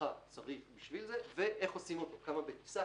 הדרכה צריך בשביל זה ואיך עושים אותו, כמה בטיסה?